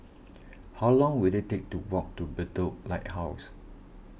how long will it take to walk to Bedok Lighthouse